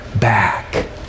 back